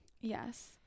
yes